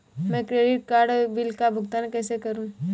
मैं credit card bill का भुगतान कैसे करूं?